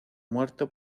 muerto